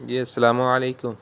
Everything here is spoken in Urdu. جی السلام علیکم